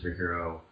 superhero